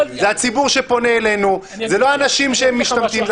זה הציבור שפונה אלינו וזה לא אנשים שמשתמטים,